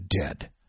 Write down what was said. dead